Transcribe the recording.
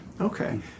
Okay